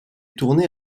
tournée